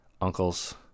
uncles